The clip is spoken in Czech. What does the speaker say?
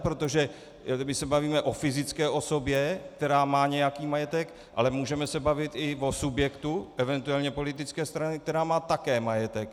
Protože se bavíme o fyzické osobě, která má nějaký majetek, ale můžeme se bavit i o subjektu, eventuálně politické straně, která má také majetek.